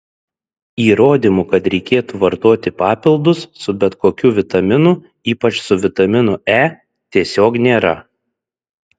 įrodymų kad reikėtų vartoti papildus su bet kokiu vitaminu ypač su vitaminu e tiesiog nėra